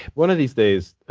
one of these days,